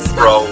Bro